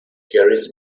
carries